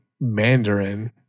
Mandarin